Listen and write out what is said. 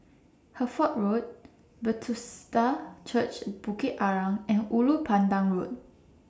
Hertford Road Bethesda Church Bukit Arang and Ulu Pandan Road